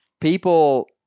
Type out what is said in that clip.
People